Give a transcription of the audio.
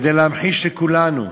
כדי להמחיש לכולנו,